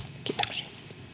kiitoksia